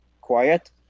quiet